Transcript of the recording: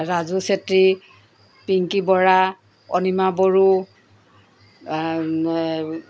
Raju Chetri Pinki Bora Anima Bodo